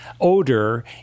odor